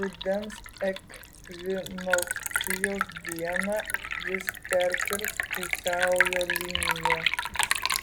rudens ekvinokcijos dieną jis perkirs pusiaujo liniją